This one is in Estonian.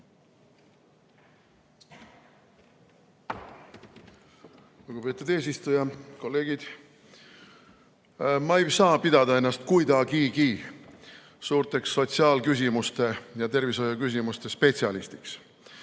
Ma ei saa ennast pidada kuidagigi suureks sotsiaalküsimuste ja tervishoiuküsimuste spetsialistiks,